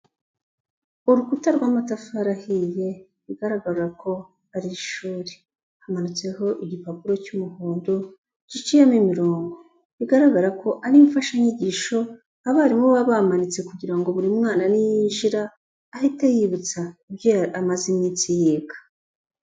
Urukuta rw'amatafari ahiye bigaragara ko ari ishuri, hamanutseho igipapuro cy'umuhondo giciyemo imirongo, bigaragara ko ari imfashanyigisho abarimu baba bamanitse, kugira ngo buri mwana niyinjira ahite yiyibutsa ibyo amaze iminsi yiga.